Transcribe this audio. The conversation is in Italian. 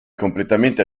completamente